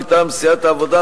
מטעם סיעת העבודה,